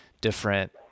different